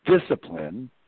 discipline